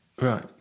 Right